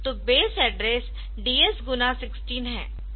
तो base address DS गुना 16 है